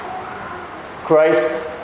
Christ